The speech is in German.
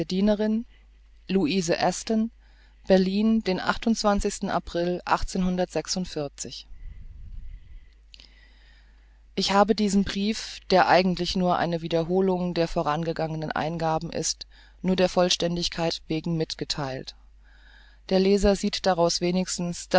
dienerin louise aston berlin den sten april ich habe diesen brief der eigentlich nur eine wiederholung der vorhergehenden eingaben ist nur der vollständigkeit wegen mitgetheilt der leser sieht daraus wenigstens